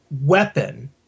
weapon